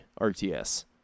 RTS